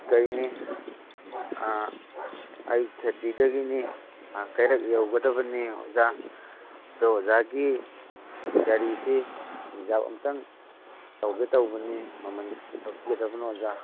ꯀꯩꯅꯤ ꯑꯥ ꯑꯩ ꯈꯦꯇ꯭ꯔꯤꯗꯒꯤꯅꯤ ꯀꯩꯔꯛ ꯌꯧꯒꯗꯕꯅꯤ ꯑꯣꯖꯥ ꯑꯗꯣ ꯑꯣꯖꯥꯒꯤ ꯒꯥꯔꯤꯁꯤ ꯔꯤꯖꯥꯞ ꯑꯝꯇꯪ ꯇꯧꯒꯦ ꯇꯧꯕꯅꯤ ꯃꯃꯟ ꯑꯣꯖꯥ